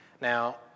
Now